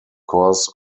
course